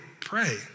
pray